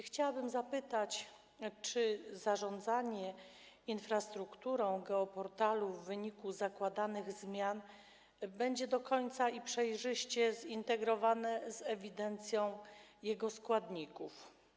Chciałabym zapytać, czy zarządzanie infrastrukturą geoportalu w wyniku zakładanych zmian będzie do końca i przejrzyście zintegrowane z ewidencją jego składników.